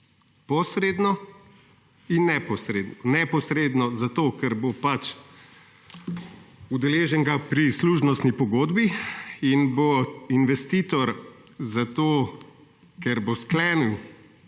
neposredno. Neposredno zato, ker bo pač udeleženka pri služnostni pogodbi in bo investitor za to, ker bo sklenil